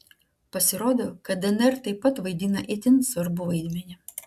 pasirodo kad dnr taip pat vaidina itin svarbų vaidmenį